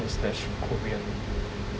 and slash korean